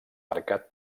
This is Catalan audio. marcat